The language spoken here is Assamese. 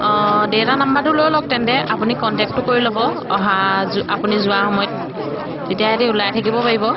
অঁ দেউতাৰ নম্বৰটো লৈ লওক তেন্তে আপুনি কণ্টেক্টটো কৰি ল'ব অহা আপুনি যোৱাৰ সময়ত তেতিয়া সিহঁতে ওলাই থাকিব পাৰিব